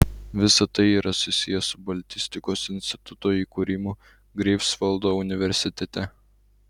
visa tai yra susiję su baltistikos instituto įkūrimu greifsvaldo universitete